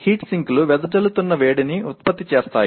heat సింక్లు వెదజల్లుతున్న వేడిని ఉత్పత్తి చేస్తాయి